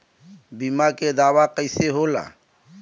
बीमा के दावा कईसे होला?